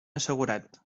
assegurat